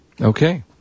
okay